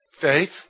Faith